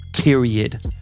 period